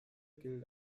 gilt